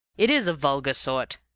it is a vulgar sort,